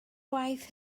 waith